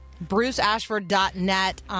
bruceashford.net